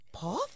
path